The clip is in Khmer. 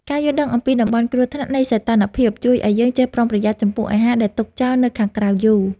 ការយល់ដឹងអំពីតំបន់គ្រោះថ្នាក់នៃសីតុណ្ហភាព ជួយឱ្យយើងចេះប្រុងប្រយ័ត្នចំពោះអាហារដែលទុកចោលនៅខាងក្រៅយូរ។